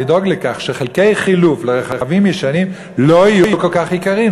לדאוג לכך שחלקי חילוף לרכבים ישנים לא יהיו כל כך יקרים.